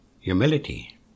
humility